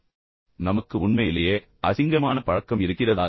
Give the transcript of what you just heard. இப்போது நமக்கு உண்மையிலேயே அசிங்கமான பழக்கம் இருக்கிறதா